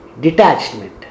Detachment